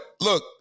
look